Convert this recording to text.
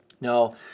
Now